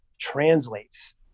translates